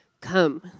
Come